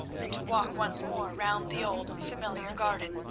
and to walk once more round the old familiar garden.